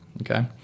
okay